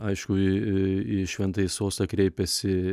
aišku į į į šventąjį sostą kreipėsi